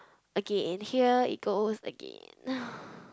again and here it goes again